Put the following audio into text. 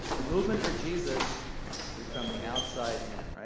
the movement for jesus is from the outside in,